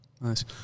Nice